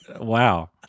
Wow